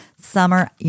Summer